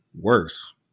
worse